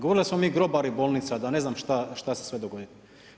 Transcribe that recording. Govorili da smo mi grobari bolnica, da ne znam šta će se sve dogoditi.